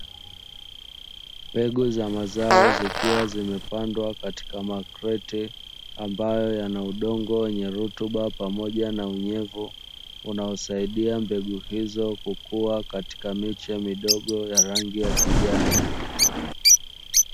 Mbegu za mazao zikiwa zimepandwa katika makreti ambayo yana udongo wenye rutuba, pamoja na unyevu, unaosaidia mbegu hizo kukua katika miche midogo ya rangi ya kijani.